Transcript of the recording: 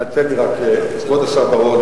אדוני חבר הכנסת בר-און,